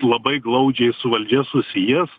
labai glaudžiai su valdžia susijęs